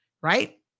right